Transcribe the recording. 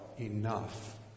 enough